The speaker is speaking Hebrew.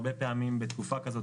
הרבה פעמים בתקופה כזאת,